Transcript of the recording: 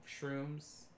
shrooms